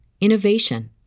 innovation